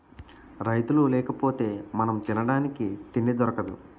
రైతులు లేకపోతె మనం తినడానికి తిండి దొరకదు